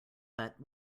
but